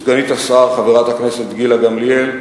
וסגנית השר, חברת הכנסת גילה גמליאל,